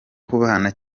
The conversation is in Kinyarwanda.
kubana